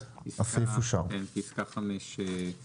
הצבעה אושר כן, פסקה 5 אושרה.